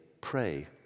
pray